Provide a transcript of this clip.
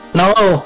No